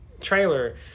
trailer